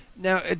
Now